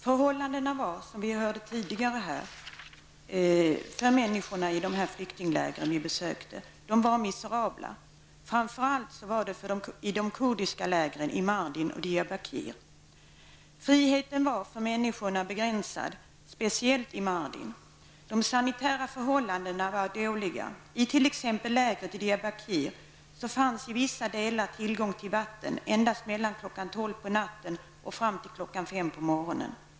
Som vi tidigare hörde här var förhållandena för människorna i de flyktingläger vi besökte miserabla, framför allt i de kurdiska lägren i Mardin och Diyarbakir. Friheten för människorna var begränsad, speciellt i Mardin. De sanitära förhållandena var dåliga. I t.ex. lägret i Diyarbakir fanns i vissa delar tillgång till vatten endast mellan kl. 12 på natten och kl. 5 på morgonen.